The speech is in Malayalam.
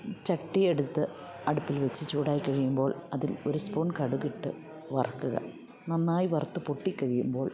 ചട്ടി എടുത്ത് അടുപ്പിൽ വെച്ച് ചൂടായി കഴിയുമ്പോൾ അതിൽ ഒരു സ്പൂൺ കടുകിട്ട് വറക്കുക നന്നായി വറുത്ത് പൊട്ടി കഴിയുമ്പോൾ